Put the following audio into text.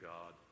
God